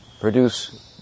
produce